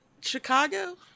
Chicago